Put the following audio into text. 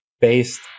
based